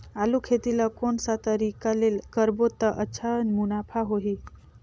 आलू खेती ला कोन सा तरीका ले करबो त अच्छा मुनाफा होही?